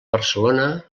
barcelona